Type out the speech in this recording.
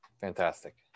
Fantastic